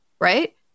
right